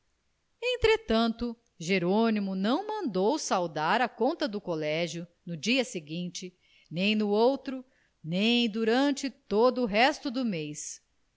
entretanto jerônimo não mandou saldar a conta do colégio no dia seguinte nem no outro nem durante todo o resto do mês